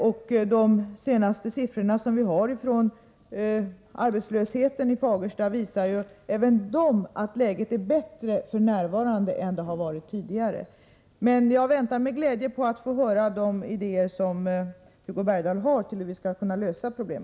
Även den senaste arbetslöshetsstatistiken visar att läget i Fagersta f.n. är bättre än det varit tidigare. Jag väntar med glädje på att få höra vilka idéer Hugo Bergdahl har om hur vi skall kunna lösa dessa problem.